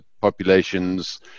populations